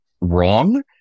wrong